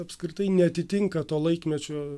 apskritai neatitinka to laikmečio